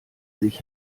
sich